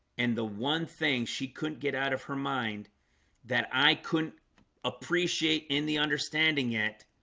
and the one thing she couldn't get out of her mind that i couldn't appreciate in the understanding yet